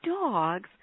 dogs